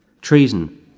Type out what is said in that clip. treason